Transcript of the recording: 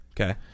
okay